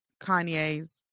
Kanye's